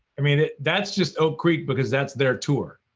i mean it, that's just oak creek because that's their tour.